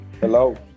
Hello